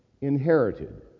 inherited